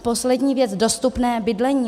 Poslední věc dostupné bydlení.